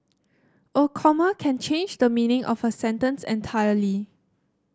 a comma can change the meaning of a sentence entirely